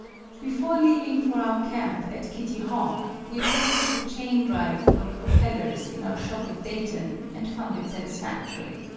before leaving for our camp at kitty hawk we tested the chain drive for the propellers in our shop at dayton, and found it satisfactory.